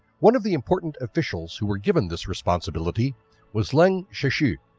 one of the important officials who were given this responsibility was lin zexu.